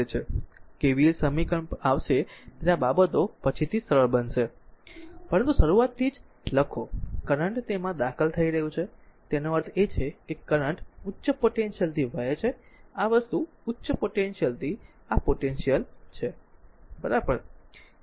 KVL સમીકરણ પર આવશે ત્યારે આ બાબતો પછીથી સરળ બનશે પરંતુ શરૂઆતથી જ લખો કરંટ તેમાં દાખલ થઈ રહ્યું છે તેનો અર્થ એ છે કે કરંટ r ઉચ્ચ પોટેન્શિયલ થી વહે છે આ વસ્તુ ઉચ્ચ પોટેન્શિયલ થી આ પોટેન્શિયલ છે બરાબર